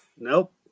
Nope